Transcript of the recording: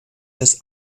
des